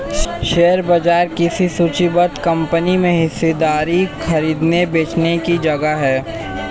share बाजार किसी सूचीबद्ध कंपनी में हिस्सेदारी खरीदने बेचने की जगह है